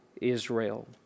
Israel